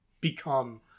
become